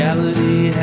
Reality